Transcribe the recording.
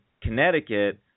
Connecticut